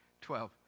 Twelve